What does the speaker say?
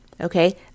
Okay